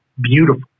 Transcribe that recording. beautiful